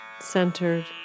centered